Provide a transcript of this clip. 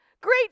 great